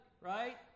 right